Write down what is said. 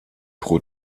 pro